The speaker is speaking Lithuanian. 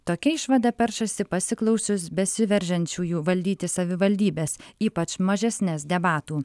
tokia išvada peršasi pasiklausius besiveržiančiųjų valdyti savivaldybės ypač mažesnes debatų